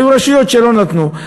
היו רשויות שלא נתנו.